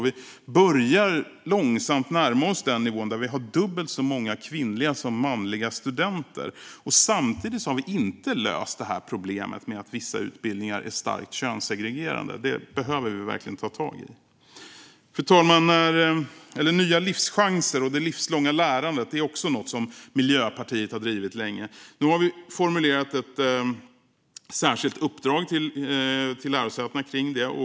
Vi börjar långsamt närma oss den nivå där vi har dubbelt så många kvinnliga som manliga studenter, samtidigt som vi inte har löst problemet med att vissa utbildningar är starkt könssegregerade. Det behöver vi verkligen ta tag i. Fru talman! Nya livschanser och det livslånga lärandet är också något som Miljöpartiet har drivit länge. Nu har vi formulerat ett särskilt uppdrag till lärosätena kring det.